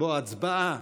בו הצבעה